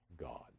God